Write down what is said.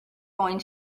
going